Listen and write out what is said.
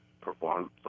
perform